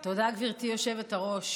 הבטיחו לכם עוצמה יהודית וחסינות.